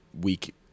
week